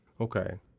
Okay